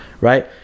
Right